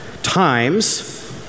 Times